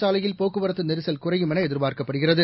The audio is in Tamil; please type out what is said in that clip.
சாலையில் போக்குவரத்து நெரிசல் குறையுமென எதிர்பார்க்கப்படுகிறது